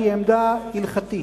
שהיא עמדה הלכתית,